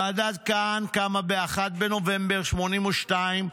ועדת כַּהַן קמה ב-1 בנובמבר 1982,